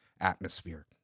atmosphere